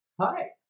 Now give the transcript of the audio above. hi